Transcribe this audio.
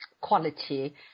quality